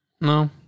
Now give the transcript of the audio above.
No